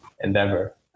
endeavor